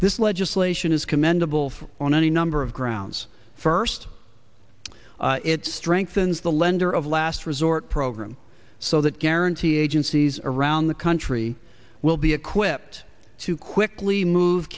this legislation is commendable on any number of grounds first it strengthens the lender of last resort program so that guarantee agencies around the country will be equipped to quickly move